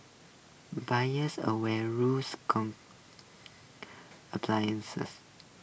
buyers away rules come applies